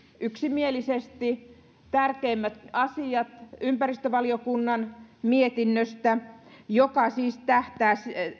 yksimielisesti tärkeimmät asiat ympäristövaliokunnan mietinnöstä joka siis tähtää